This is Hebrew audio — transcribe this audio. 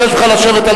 נא לשבת.